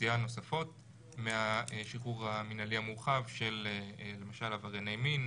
אוכלוסייה נוספות מהשחרור המינהלי המורחב של למשל עברייני מין,